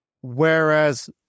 whereas